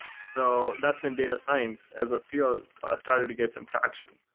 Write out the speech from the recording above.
so that's when data science as a field started to get some traction.